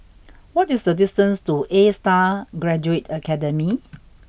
what is the distance to A Star Graduate Academy